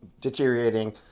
deteriorating